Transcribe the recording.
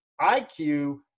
iq